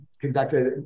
conducted